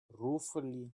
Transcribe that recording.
ruefully